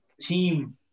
team